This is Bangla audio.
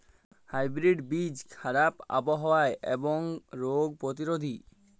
হাইব্রিড বীজ খারাপ আবহাওয়া এবং রোগে প্রতিরোধী